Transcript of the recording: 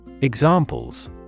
Examples